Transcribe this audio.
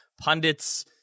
pundits